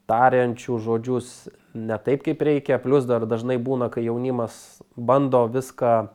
tariančių žodžius ne taip kaip reikia plius dar dažnai būna kai jaunimas bando viską